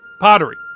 pottery